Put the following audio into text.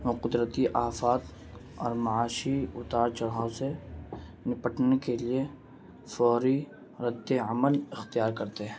وہ قدرتی آفات اور معاشی اتار چڑھاؤ سے نپٹنے کے لیے فوری رد عمل اختیار کرتے ہیں